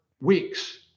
weeks